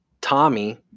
Tommy